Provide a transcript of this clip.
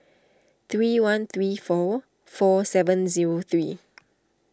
three one three four four seven zero three